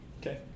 Okay